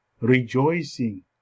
rejoicing